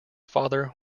father